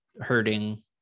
hurting